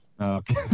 Okay